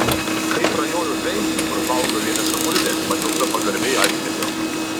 kai prajojo tvenkinį kur plaukiojo vieniša gulbė matilda pagarbiai aiktelėjo